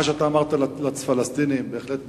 מה שאמרת לפלסטינים בהחלט מובן,